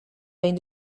been